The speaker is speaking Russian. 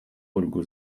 ольгу